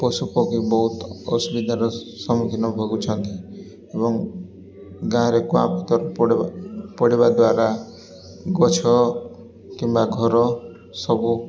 ପଶୁପକ୍ଷୀ ବହୁତ ଅସୁବିଧାର ସମ୍ମୁଖୀନ ଭୋଗୁଛନ୍ତି ଏବଂ ଗାଁରେ କୁଆପଥର ପଡ଼ିବା ଦ୍ୱାରା ଗଛ କିମ୍ବା ଘର ସବୁ